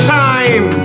time